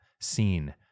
seen